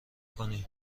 کنی